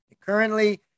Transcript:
Currently